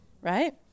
right